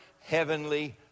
heavenly